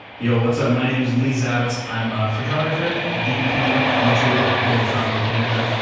yo, what's up, my name's lee zavitz, i'm a photographer, dp, youtuber, here in toronto, canada,